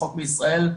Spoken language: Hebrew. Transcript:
החוק בישראל,